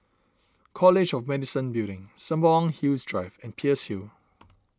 College of Medicine Building Sembawang Hills Drive and Peirce Hill